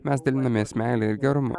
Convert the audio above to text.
mes dalinamės meile ir gerumu